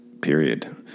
period